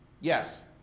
Yes